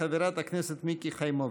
חברת הכנסת מיקי חיימוביץ'.